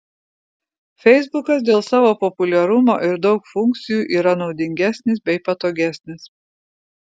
feisbukas dėl savo populiarumo ir daug funkcijų yra naudingesnis bei patogesnis